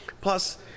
Plus